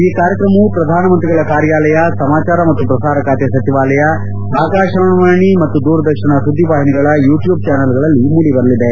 ಈ ಕಾರ್ಯಕ್ರಮವು ಪ್ರಧಾನಮಂತ್ರಿಗಳ ಕಾರ್ಯಾಲಯ ಸಮಾಚಾರ ಮತ್ತು ಪ್ರಸಾರ ಖಾತೆ ಸಚಿವಾಲಯ ಆಕಾಶವಾಣಿ ಮತ್ತು ದೂರದರ್ಶನ ಸುದ್ಲಿವಾಹಿನಿಗಳ ಯೂಟ್ಲೂಬ್ ಚಾನೆಲ್ಗಳಲ್ಲಿ ಮೂಡಿಬರಲಿದೆ